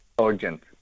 urgent